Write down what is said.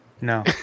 No